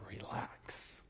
relax